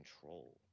control